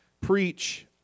preach